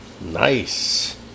Nice